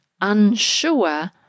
unsure